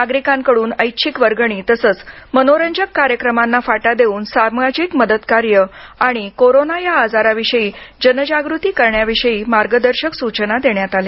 नागरिकांकडून ऐच्छिक वर्गणी तसंच मनोरंजक कार्यक्रमांना फाटा देऊन सामाजिक मदत कार्य आणि कोरोना या आजारा विषयी जनजागृती करण्याविषयी मार्गदर्शक सूचना देण्यात आल्या